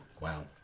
wow